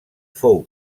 fou